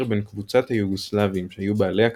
בין קבוצת היוגוסלבים שהיו בעלי הקרקעות,